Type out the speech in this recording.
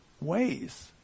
ways